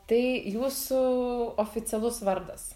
tai jūsų oficialus vardas